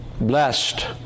Blessed